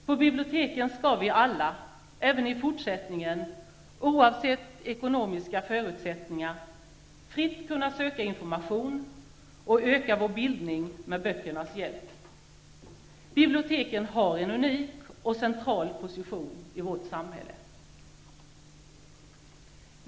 På biblioteken skall vi alla även i fortsättningen -- oavsett ekonomiska förutsättningar -- fritt kunna söka information och öka vår bildning med böckernas hjälp. Biblioteken har en unik och central position i vårt samhälle.